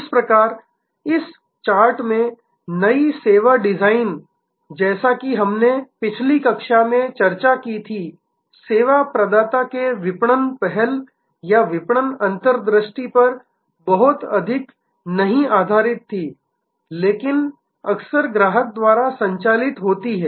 इस प्रकार इस चार्ट में नई सेवा डिजाइन जैसा कि हमने पिछली कक्षा में चर्चा की थी सेवा प्रदाता के विपणन पहल या विपणन अंतर्दृष्टि पर बहुत अधिक नहीं आधारित थी लेकिन अक्सर ग्राहक द्वारा संचालित होती है